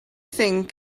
thing